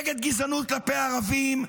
נגד גזענות כלפי ערבים,